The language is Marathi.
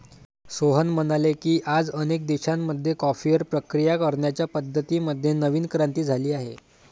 सोहन म्हणाले की, आज अनेक देशांमध्ये कॉफीवर प्रक्रिया करण्याच्या पद्धतीं मध्ये नवीन क्रांती झाली आहे